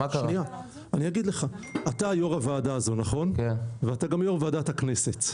אתה יו"ר הוועדה הזאת ואתה גם יו"ר ועדת הכנסת,